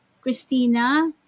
Christina